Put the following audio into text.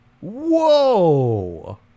Whoa